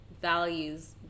values